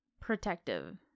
protective